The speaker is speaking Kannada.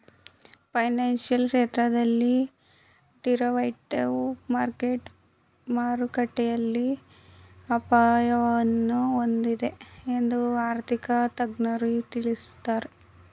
ಫೈನಾನ್ಸಿಯಲ್ ಕ್ಷೇತ್ರದಲ್ಲಿ ಡೆರಿವೇಟಿವ್ ಮಾರ್ಕೆಟ್ ಮಾರುಕಟ್ಟೆಯ ಅಪಾಯವನ್ನು ಹೊಂದಿದೆ ಎಂದು ಆರ್ಥಿಕ ತಜ್ಞರು ತಿಳಿಸುತ್ತಾರೆ